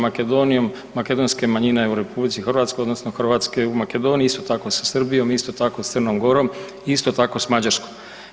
Makedonijom, makedonske manjine u RH odnosno hrvatske u Makedoniji, isto tako sa Srbijom i isto tako sa Crnom Gorom, i isto tako s Mađarskom.